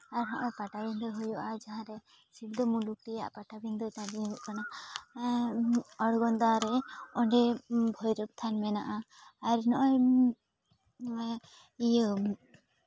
ᱟᱨ ᱱᱚᱜᱼᱚᱭ ᱯᱟᱴᱟᱵᱤᱫᱟᱹ ᱦᱩᱭᱩᱜᱼᱟ ᱡᱟᱦᱟᱸ ᱨᱮ ᱥᱤᱞᱫᱟᱹ ᱢᱩᱞᱩᱠ ᱨᱮᱭᱟᱜ ᱯᱟᱴᱟᱵᱤᱫᱟᱹ ᱵᱷᱟᱜᱮ ᱦᱩᱭᱩᱜ ᱠᱟᱱᱟ ᱚᱬᱜᱚᱸᱫᱟ ᱨᱮ ᱚᱸᱰᱮ ᱵᱷᱳᱭᱨᱚᱵᱽ ᱛᱷᱟᱱ ᱢᱮᱱᱟᱜᱼᱟ ᱟᱨ ᱱᱚᱜᱼᱚᱭ ᱤᱭᱟᱹ